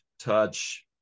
touch